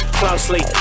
closely